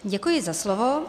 Děkuji za slovo.